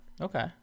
Okay